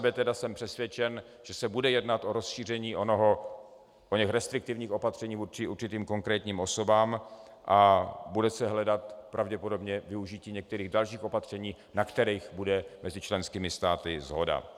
Za sebe jsem přesvědčen, že se bude jednat o rozšíření oněch restriktivních opatření vůči určitým konkrétním osobám a bude se hledat pravděpodobně využití některých dalších opatření, na kterých bude mezi členskými státy shoda.